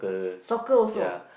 soccer also